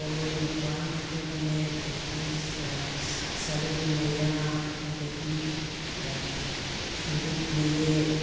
ꯄꯣꯂꯣꯏ ꯃꯄꯥꯟ ꯍꯥꯏꯕ ꯑꯃꯅꯦ ꯑꯗꯒꯤ ꯁꯔꯦꯡ ꯃꯌꯥ ꯑꯗꯒꯤ ꯐꯤꯔꯨꯛ ꯃꯌꯦꯛ